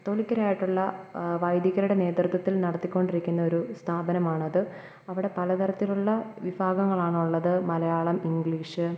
കാത്തോലിക്കാരായിട്ടുള്ള വൈദികരുടെ നേതൃത്വത്തിൽ നടത്തിക്കൊണ്ടിരിക്കുന്ന ഒരു സ്ഥാപനമാണത് അവിടെ പലതരത്തിലുള്ള വിഭാഗങ്ങളാണുള്ളത് മലയാളം ഇംഗ്ലീഷ്